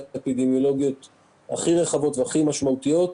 האפידמיולוגיות הכי רחבות והכי משמעותיות,